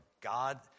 God